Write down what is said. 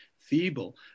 feeble